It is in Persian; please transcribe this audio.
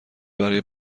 برای